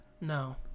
no